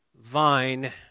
vine